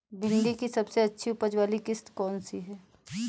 भिंडी की सबसे अच्छी उपज वाली किश्त कौन सी है?